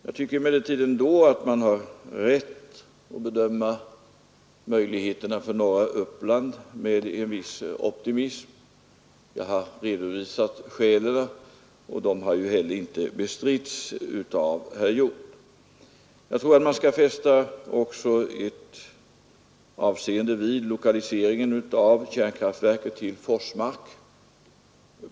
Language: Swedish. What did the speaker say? Jag tycker ändå att man har rätt att bedöma möjligheterna för norra Uppland med en viss optimism. Jag har redovisat skälen därtill, och dessa har heller inte bestritts av herr Hjorth. Jag tror att man också skall fästa avseende vid lokaliseringen av kärnkraftverket i Forsmark.